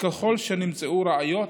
וככל שנמצאו ראיות,